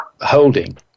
holding